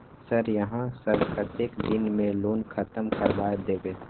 Sir यहाँ सब कतेक दिन में लोन खत्म करबाए देबे?